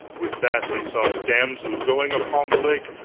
with that they saw a damsel going upon the lake.